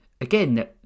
again